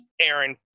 aaron